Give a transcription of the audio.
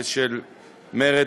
ושל מרצ,